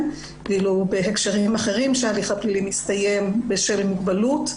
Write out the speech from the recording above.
ואילו בהקשרים אחרים שההליך הפלילי מסתיים בשל מוגבלות,